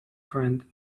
friend